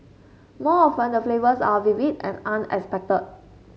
more often the flavours are vivid and unexpected